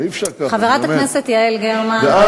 אין החלטה של הוועדה הציבורית.